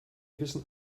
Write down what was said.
wissen